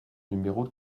numéro